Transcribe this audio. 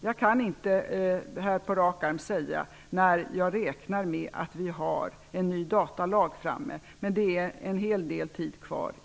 Jag kan inte på rak arm säga när jag räknar med att vi har en ny datalag klar. Där återstår en hel del tid.